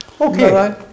Okay